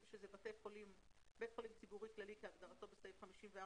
שהם בית חולים ציבורי כללי כהגדרתו בסעיף 54